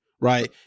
Right